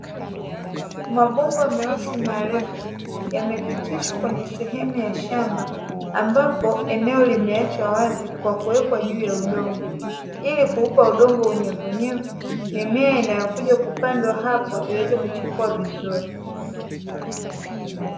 Mabomba meusi marefu yamepitishwa katika sehemu ya shamba ambapo eneo limeachwa wazi kwa kuwekwa juu ya udongo. Ili kuupa udongo unyevuunyevu mimea inayokuja kupandwa hapo iweze kuchipua vizuri.